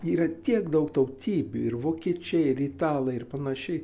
yra tiek daug tautybių ir vokiečiai ir italai ir panašiai